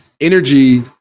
Energy